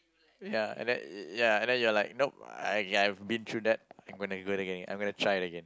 ya and that ya and then you are like nope I've I been through that when I gonna go gain I mean try again